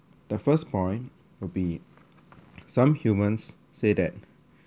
the first point will be some humans say that